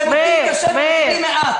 שעובדים קשים ומקבלים מעט.